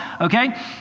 Okay